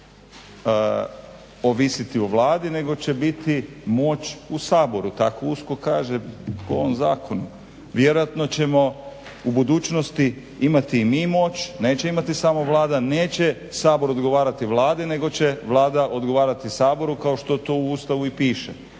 ovisiti o Vladi nego će biti moć u Saboru. Tako USKOK kaže po ovom zakonu. Vjerojatno ćemo u budućnosti imati i mi moć, neće imati samo Vlada, neće Sabor odgovarati Vladi nego će Vlada odgovarati Saboru kao što to u Ustavu i piše.